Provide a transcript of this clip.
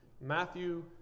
Matthew